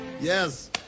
Yes